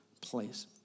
place